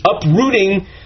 uprooting